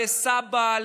לסבא,